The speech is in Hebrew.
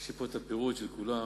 יש לי פה הפירוט של כולם.